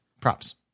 props